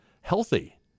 healthy